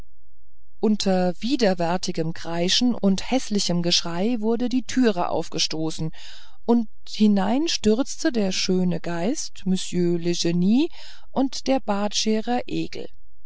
unter widerwärtigem kreischen und häßlichem geschrei wurde die türe aufgestoßen und hinein stürzten der schöne geist monsieur legnie und der bartscherer egel